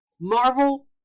Marvel